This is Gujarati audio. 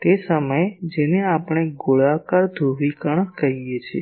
તે સમયે જેને આપણે ગોળાકાર ધ્રુવીકરણ કહે છે